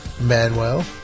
Manuel